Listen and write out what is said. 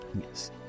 Yes